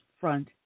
front